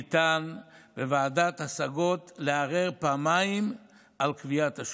ניתן בוועדת השגות לערער פעמיים על קביעת השומה.